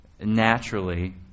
naturally